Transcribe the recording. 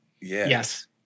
Yes